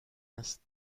است